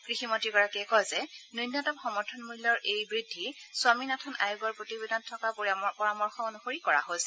কৃষিমন্ত্ৰীগৰাকীয়ে কয় যে ন্যনতম সমৰ্থন মূল্যৰ এই বৃদ্ধি স্বামীনাথন আয়োগৰ প্ৰতিবেদনত থকা পৰামৰ্শ অনুসৰি কৰা হৈছে